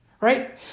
right